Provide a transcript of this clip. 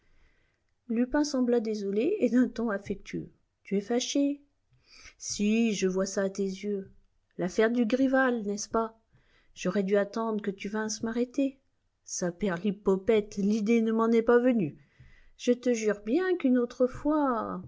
lupin sembla désolé et d'un ton affectueux tu es fâché si je vois ça à tes yeux l'affaire dugrival n'est-ce pas j'aurais dû attendre que tu vinsses m'arrêter saperlipopette l'idée ne m'en est pas venue je te jure bien qu'une autre fois